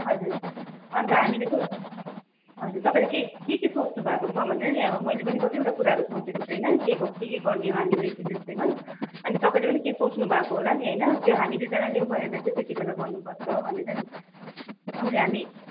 हजुर अन्त हामीले चाहिँ हजुर तपाईँले के के सोच्नु भएको छ भनेर नि अब मैले पनि कतिवटा कुराहरू सोचेको छु होइन के के गर्ने हो हामीले चिल्ड्रन्स डेमा अनि तपाईँले पनि के के सोच्नु भएको छ होला नि होइन त्यो हामी दुईजनाले उयो गरेर चाहिँ त्यति बेला गर्नुपर्छ भनेर नि अनि हामी